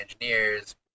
engineers